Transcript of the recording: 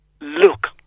look